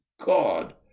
god